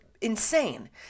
insane